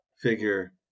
figure